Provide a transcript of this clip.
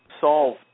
solve